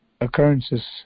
occurrences